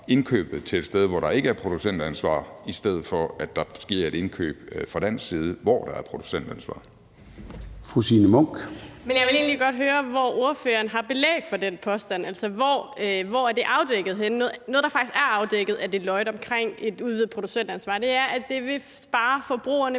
indkøbet til et sted, hvor der ikke er producentansvar, i stedet for at der sker et indkøb i Danmark, hvor der er producentansvar. Kl. 14:27 Formanden (Søren Gade): Fru Signe Munk. Kl. 14:27 Signe Munk (SF): Jeg vil egentlig godt høre, om ordføreren har belæg for den påstand. Altså, hvor er det afdækket henne? Noget af det, der faktisk er afdækket af Deloitte omkring et udvidet producentansvar, er, at det vil spare forbrugerne